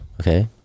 Okay